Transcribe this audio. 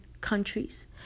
countries